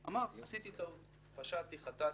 הוא אמר: עשיתי טעות, פשעתי, חטאתי,